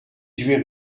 huit